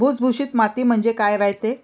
भुसभुशीत माती म्हणजे काय रायते?